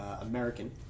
American